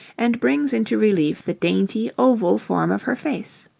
and brings into relief the dainty, oval form of her face.